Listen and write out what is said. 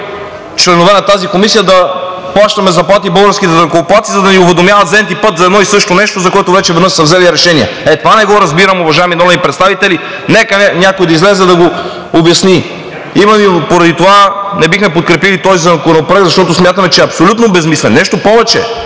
членове на тази Комисия, да плащаме заплати от българските данъкоплатци, за ни уведомяват за n-ти път за едно и също нещо, за което вече веднъж са взели решение. Е, това не го разбирам, уважаеми народни представители. Нека някой да излезе и да го обясни. Именно поради това не бихме подкрепили този законопроект, защото смятаме, че е абсолютно безсмислен. Нещо повече,